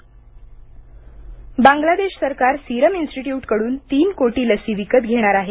ढाका लस बांग्लादेश सरकार सिरम इन्स्टीटयुटकडून तीन कोटी लसी विकत घेणार आहे